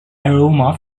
aroma